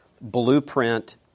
blueprint